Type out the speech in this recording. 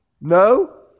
No